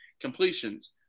completions